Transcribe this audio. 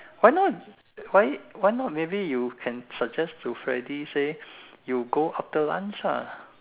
why not why why not maybe you can suggest to Fredy say you go after lunch lah